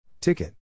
Ticket